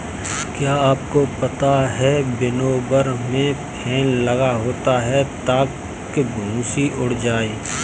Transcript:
क्या आपको पता है विनोवर में फैन लगा होता है ताकि भूंसी उड़ जाए?